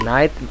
Night